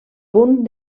punt